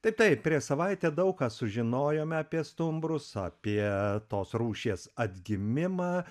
tai taip prieš savaitę daug ką sužinojome apie stumbrus apie tos rūšies atgimimą